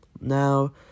Now